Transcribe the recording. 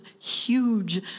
huge